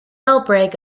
outbreak